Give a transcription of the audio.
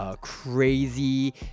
Crazy